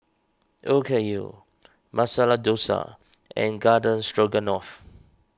Okayu Masala Dosa and Garden Stroganoff